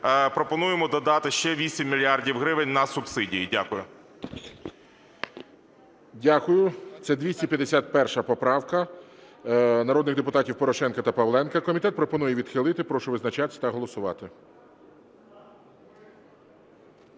пропонуємо додати ще 8 мільярдів гривень на субсидії. Дякую. ГОЛОВУЮЧИЙ. Дякую. Це 251 поправка народних депутатів Порошенка та Павленка. Комітет пропонує відхилити. Прошу визначатись та голосувати.